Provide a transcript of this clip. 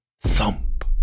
Thump